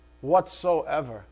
whatsoever